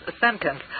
sentence